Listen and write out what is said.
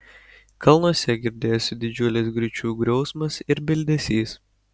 kalnuose girdėjosi didžiulis griūčių griausmas ir bildesys